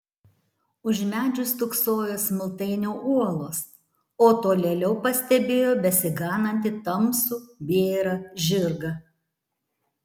už medžių stūksojo smiltainio uolos o tolėliau pastebėjo besiganantį tamsų bėrą žirgą